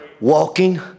walking